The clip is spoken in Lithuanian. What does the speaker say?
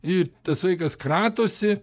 i tas vaikas kratosi